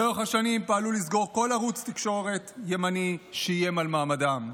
לאורך השנים פעלו לסגור כל ערוץ תקשורת ימני שאיים על מעמדם.